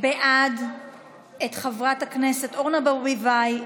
בעד את חברי הכנסת אורנה ברביבאי,